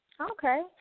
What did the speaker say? okay